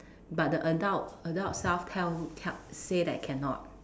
but the adult adult self tell tell say that I cannot